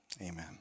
amen